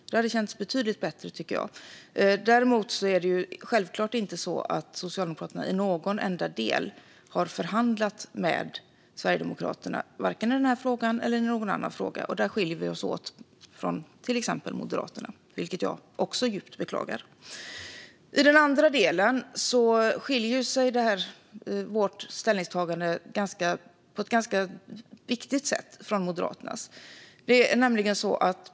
Det är givetvis inte så att Socialdemokraterna i någon enda del har förhandlat med Sverigedemokraterna, varken i denna eller någon annan fråga. Här skiljer sig Moderaterna sig från oss, vilket jag djupt beklagar. När det gäller arbetsrätten skiljer sig vårt ställningstagande på ett ganska viktigt sätt från Moderaternas.